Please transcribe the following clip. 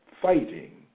fighting